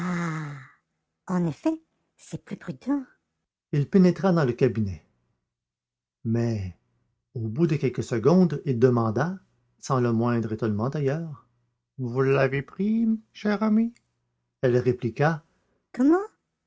il pénétra dans le cabinet mais au bout de quelques secondes il demanda sans le moindre étonnement d'ailleurs vous l'avez pris chère amie elle répliqua comment